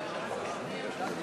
2010, הודעת